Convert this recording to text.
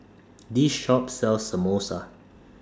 This Shop sells Samosa